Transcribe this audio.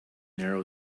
narrow